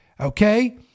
Okay